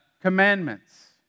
commandments